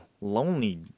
lonely